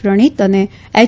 પ્રણીત અને એય